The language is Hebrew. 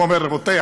הוא אומר: רבותי,